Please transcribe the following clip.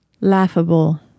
laughable